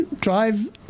drive